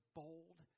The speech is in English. bold